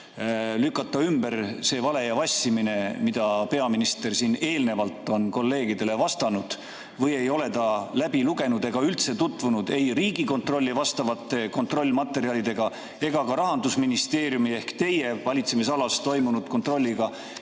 lükata ümber see vale ja vassimine, mida peaminister siin eelnevalt on kolleegidele vastanud. Või ei ole ta läbi lugenud ega üldse tutvunud ei Riigikontrolli vastavate kontrollmaterjalidega ega ka Rahandusministeeriumi ehk teie valitsemisalas toimunud kontrolliga.